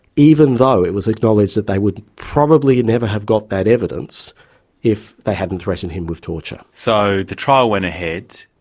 even though it was acknowledged that they would probably never have got that evidence if they hadn't threatened him with torture. so the trial went ahead,